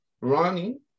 running